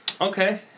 Okay